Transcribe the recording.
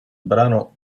brano